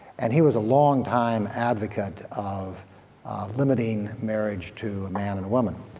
and he was a long-time advocate of limiting marriage to a man and a woman.